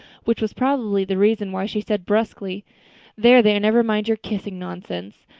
which was probably the reason why she said brusquely there, there, never mind your kissing nonsense.